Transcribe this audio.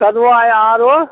कदुआ आरो